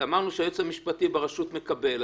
ואמרנו שהיועץ המשפטי ברשות מקבל,